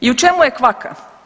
I u čemu je kvaka?